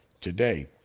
today